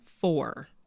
four